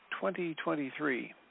2023